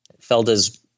Felda's